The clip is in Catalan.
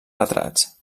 retrats